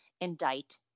indict